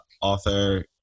author